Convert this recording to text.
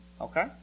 Okay